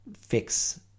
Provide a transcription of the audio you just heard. fix